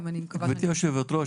גברתי היושבת-ראש,